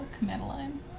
Madeline